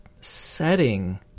setting